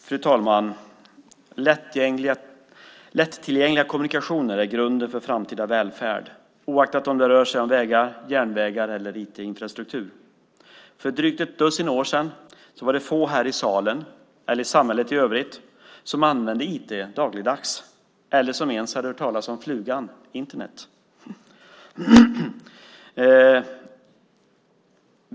Fru talman! Lättillgängliga kommunikationer är grunden för framtida välfärd, oavsett om det rör sig om vägar, järnvägar eller IT-infrastruktur. För drygt ett dussin år sedan var det få här i salen eller i samhället i övrigt som använde IT dagligdags eller som ens hade hört talas om flugan Internet.